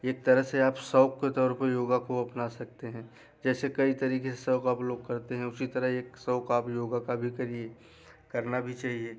एक तरह से आप शौक के तौर पर योग को अपना सकते हैं जैसे कई तरीके से शौक आप लोग करते हैं उसी तरह एक शौक आप योग का भी करें करना भी चहिए